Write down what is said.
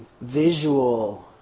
visual